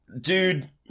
Dude